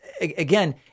again